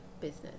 business